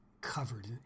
covered